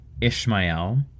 Ishmael